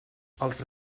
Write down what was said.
els